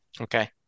Okay